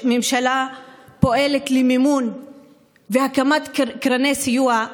ממשלה הפועלת למימון והקמת קרנות סיוע,